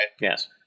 Yes